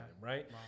right